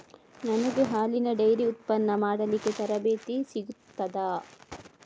ನನಗೆ ಹಾಲಿನ ಡೈರಿ ಉತ್ಪನ್ನ ಮಾಡಲಿಕ್ಕೆ ತರಬೇತಿ ಸಿಗುತ್ತದಾ?